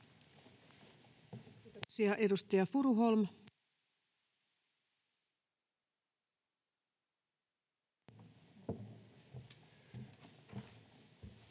Kiitoksia. — Edustaja Furuholm.